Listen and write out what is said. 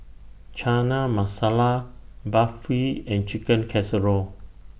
Chana Masala Barfi and Chicken Casserole